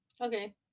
Okay